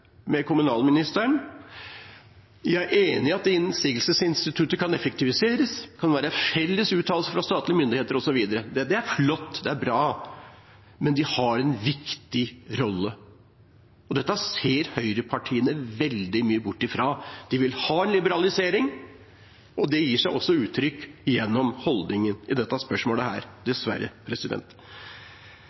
med kommunalministeren at jeg er enig i at innsigelsesinstituttet kan effektiviseres, at det kan være felles uttalelser fra statlige myndigheter, osv. Det er flott. Det er bra. Men det har en viktig rolle. Dette ser høyrepartiene ofte bort fra. De vil ha en liberalisering, og det gir seg dessverre også uttrykk gjennom holdningen i dette spørsmålet.